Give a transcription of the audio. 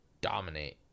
dominate